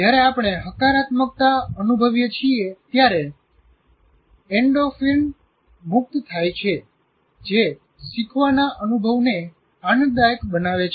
જ્યારે આપણે હકારાત્મકતા અનુભવીએ છીએ ત્યારે એન્ડોર્ફિન મુક્ત થાય છે તે એક હોર્મોન છે જે શીખવાના અનુભવને આનંદદાયક બનાવે છે